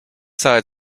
saat